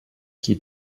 qui